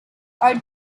are